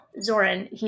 Zoran